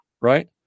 right